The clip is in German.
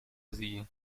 sie